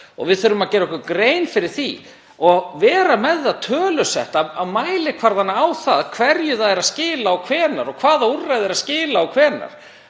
ár. Við þurfum að gera okkur grein fyrir því og vera með tölusetta mælikvarða á það hverju það er skila og hvenær og hvaða úrræði eru að skila og hvenær.